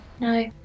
no